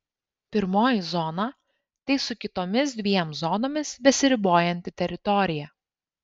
pirmoji zona tai su kitomis dviem zonomis besiribojanti teritorija